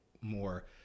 more